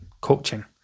coaching